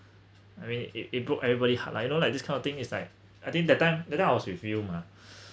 I mean it it broke everybody heart like you know like this kind of thing is like I think that time that time I was with you mah